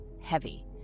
heavy